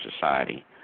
society